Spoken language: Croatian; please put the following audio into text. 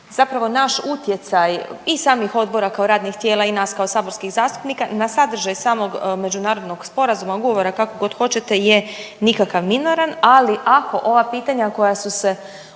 zapravo naš utjecaj i samih odbora kao radnih tijela i nas kao saborskih zastupnika na sadržaj samog međunarodnog sporazuma, ugovora, kako god hoćete, je nikakav, minoran, ali ako ova pitanja koja su se otvorila